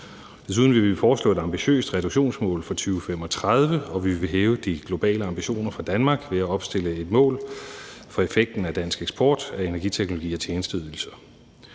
Desuden vil vi foreslå et ambitiøst reduktionsmål for 2035, og vi vil hæve de globale ambitioner for Danmark ved at opstille et mål for effekten af dansk eksport af energiteknologi og -tjenesteydelser.